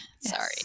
Sorry